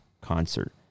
concert